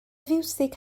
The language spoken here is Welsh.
fiwsig